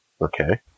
Okay